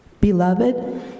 Beloved